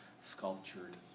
sculptured